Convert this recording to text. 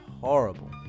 horrible